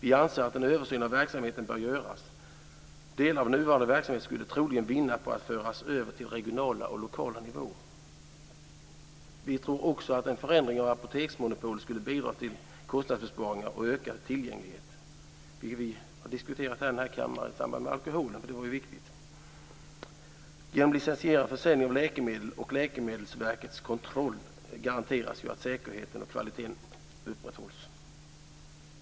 Vi anser att en översyn av verksamheten bör göras. Delar av nuvarande verksamhet skulle troligen vinna på att föras över till regionala och lokala nivåer. Vi tror också att en förändring av apoteksmonopolet skulle bidra till kostnadsbesparingar och ökad tillgänglighet, vilket vi har diskuterat här i kammaren i samband med frågan om alkohol, för det var ju viktigt. Genom licensierad försäljning av läkemedel och Läkemedelsverkets kontroll garanteras att säkerheten och kvaliteten upprätthålls.